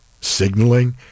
signaling